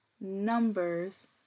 Numbers